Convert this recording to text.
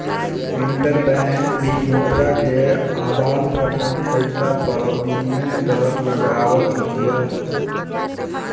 interbank भी मुद्रा के आदान प्रदान कईला पअ विनिमय दर लगावत बिया